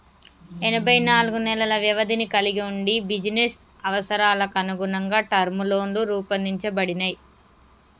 ఎనబై నాలుగు నెలల వ్యవధిని కలిగి వుండి బిజినెస్ అవసరాలకనుగుణంగా టర్మ్ లోన్లు రూపొందించబడినయ్